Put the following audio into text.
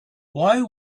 why